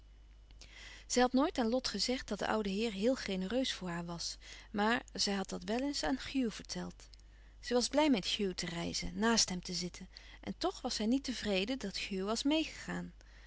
zij had nooit aan lot gezegd dat de oude heer heel genereus voor haar was maar zij had dat wel eens aan hugh verteld zij was blij met hugh te reizen naast hem te zitten en toch was zij niet tevreden dat hugh meê was gegaan